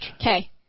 Okay